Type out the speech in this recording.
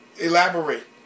elaborate